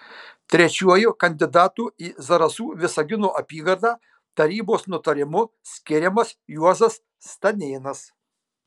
trečiuoju kandidatu į zarasų visagino apygardą tarybos nutarimu skiriamas juozas stanėnas